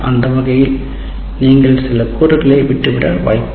அந்த வகையில் நீங்கள் சில கூறுகளை விட்டுவிட வாய்ப்பில்லை